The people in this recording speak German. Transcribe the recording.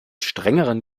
strengeren